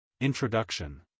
Introduction